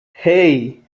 hey